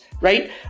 right